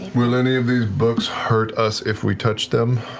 will any of these books hurt us if we touch them?